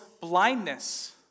blindness